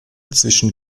zwischen